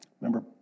Remember